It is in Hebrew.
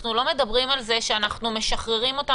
אנחנו לא מדברים על זה שאנחנו משחררים אותם